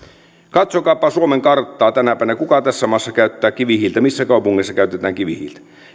katsokaapa suomen karttaa tänä päivänä kuka tässä maassa käyttää kivihiiltä missä kaupungeissa käytetään kivihiiltä